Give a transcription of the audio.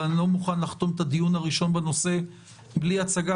אבל אני לא מוכן לחתום את הדיון הראשון בנושא בלי הצגה,